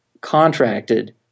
contracted